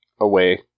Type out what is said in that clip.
Away